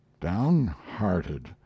Downhearted